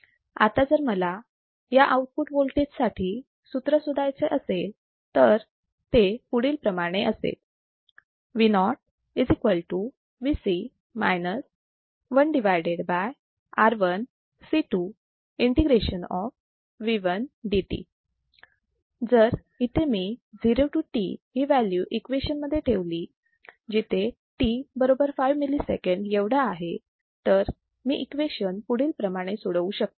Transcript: आता जर मला या आउटपुट वोल्टेज साठी सूत्र शोधायचे असेल तर ते पुढील प्रमाणे असेल जर मी इथे 0 to t ही व्हॅल्यू इक्वेशन मध्ये ठेवली जिथे t बरोबर 5 milliseconds एवढा आहे तर मी इक्वेशन पुढील प्रमाणे सोडवू शकते